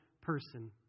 person